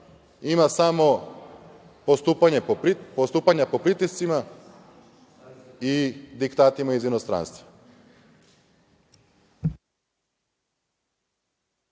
ima samo postupanja po pritiscima i diktatima iz inostranstva.